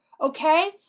okay